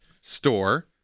store